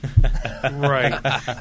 Right